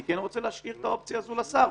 אני כן רוצה להשאיר את האופציה הזו לשר,